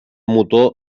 motor